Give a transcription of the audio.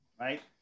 right